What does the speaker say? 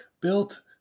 built